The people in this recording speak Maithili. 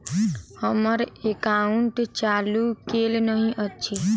हम्मर एकाउंट चालू केल नहि अछि?